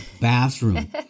bathroom